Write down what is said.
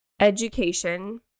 Education